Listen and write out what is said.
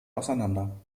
auseinander